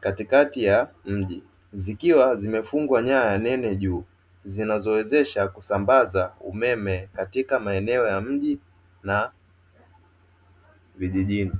katikati ya mji, zikiwa zimefungwa nyaya nene juu, zinazowezesha kusambaza umeme katika maeneo ya mji na vijijini.